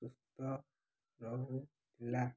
ସୁସ୍ଥ ରହୁଥିଲା